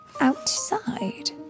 outside